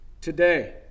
today